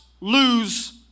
lose